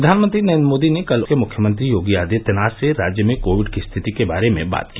प्रधानमंत्री नरेंद्र मोदी ने कल मुख्यमंत्री योगी आदित्यनाथ से राज्य में कोविड की स्थिति के बारे में बात की